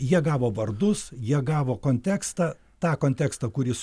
jie gavo vardus jie gavo kontekstą tą kontekstą kuris